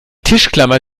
tischklammer